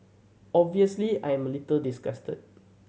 obviously I am a little disgusted